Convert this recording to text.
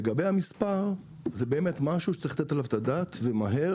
לגבי המספר, זה משהו שצריך לתת עליו את הדעת ומהר,